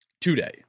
today